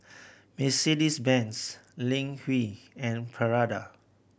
Mercedes Benz Ling Wu and Prada